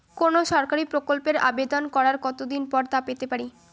কোনো সরকারি প্রকল্পের আবেদন করার কত দিন পর তা পেতে পারি?